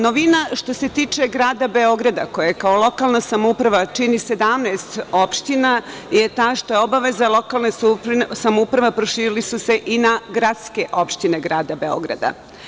Novina što se tiče grada Beograda, kojeg kao lokalna samouprava čini 17 opština, je ta što je obaveza lokalne samouprave proširena i na gradske opštine grada Beograda.